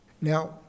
Now